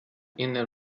inner